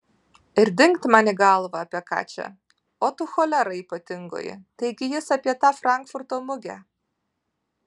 ir dingt man į galvą apie ką čia o tu cholera ypatingoji taigi jis apie tą frankfurto mugę